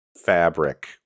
fabric